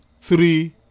Three